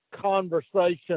conversation